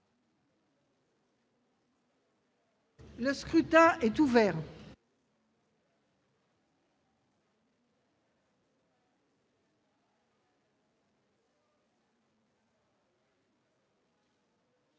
Le scrutin est ouvert.